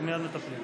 אנחנו מייד מטפלים.